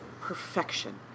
perfection